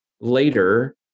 later